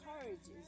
encourages